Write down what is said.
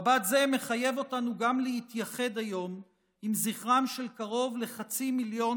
מבט זה מחייב אותנו גם להתייחד היום עם זכרם של קרוב לחצי מיליון